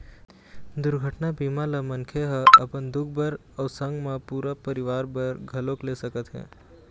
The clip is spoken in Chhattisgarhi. दुरघटना बीमा ल मनखे ह अपन खुद बर अउ संग मा पूरा परवार बर घलोक ले सकत हे